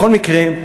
בכל מקרה,